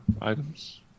items